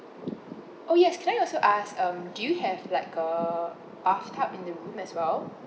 oh yes can I also ask um do you have like a bathtub in the room as well